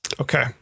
Okay